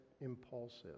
impulsive